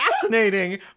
fascinating